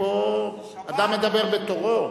פה אדם מדבר בתורו.